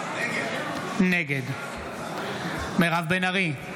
נגד מירב בן ארי,